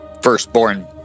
firstborn